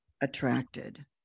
attracted